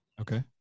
Okay